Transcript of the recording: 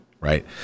Right